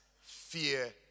Fear